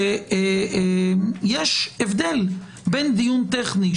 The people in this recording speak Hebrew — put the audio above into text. שיש הבדל בין דיון טכני,